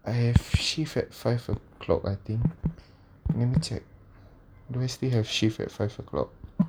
I have shift at five o'clock I think let me check do we still have shift at five o'clock